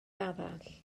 arall